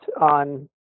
on